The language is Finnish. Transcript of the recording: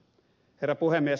herra puhemies